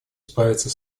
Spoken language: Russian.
справиться